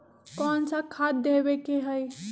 कोन सा खाद देवे के हई?